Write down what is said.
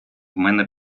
мене